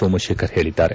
ಸೋಮಶೇಖರ್ ಹೇಳಿದ್ದಾರೆ